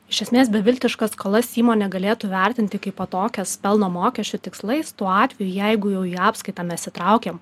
iš esmės beviltiškas skolas įmonė galėtų vertinti kaip vatokias pelno mokesčių tikslais tuo atveju jeigu jau į apskaitą mes įtraukiam